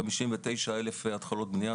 59,000 התחלות בנייה,